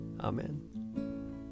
Amen